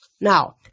Now